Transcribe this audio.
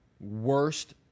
worst